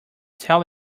tell